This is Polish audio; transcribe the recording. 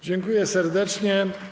Dziękuję serdecznie.